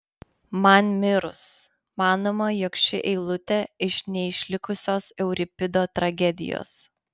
man mirus manoma jog ši eilutė iš neišlikusios euripido tragedijos